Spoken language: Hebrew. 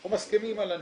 אנחנו מסכימים על הניתוח.